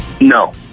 No